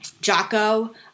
Jocko